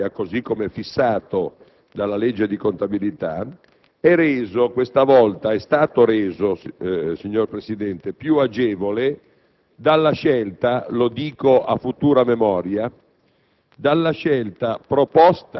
della legge finanziaria, così come fissato dalla legge di contabilità, questa volta è stato reso, signor Presidente, più agevole dalla scelta - lo dico a futura memoria